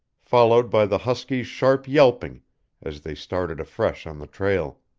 followed by the huskies' sharp yelping as they started afresh on the trail.